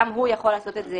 גם הוא יכול לעשות את זה